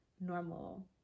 normal